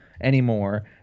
anymore